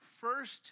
first